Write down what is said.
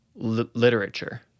literature